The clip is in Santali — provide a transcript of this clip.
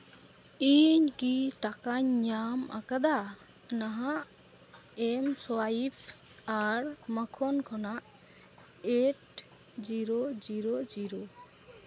ᱤᱧ ᱠᱤ ᱴᱟᱠᱟᱧ ᱧᱟᱢ ᱟᱠᱟᱫᱟ ᱱᱟᱦᱟᱜ ᱮᱹᱢ ᱥᱳᱭᱟᱭᱤᱯ ᱟᱨ ᱢᱟᱠᱷᱚᱱ ᱠᱷᱚᱱᱟᱜ ᱮᱭᱤᱴ ᱡᱤᱨᱳ ᱡᱤᱨᱳ ᱡᱤᱨᱳ